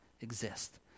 exist